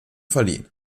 verliehen